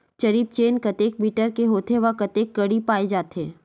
जरीब चेन कतेक मीटर के होथे व कतेक कडी पाए जाथे?